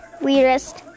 weirdest